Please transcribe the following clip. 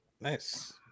Nice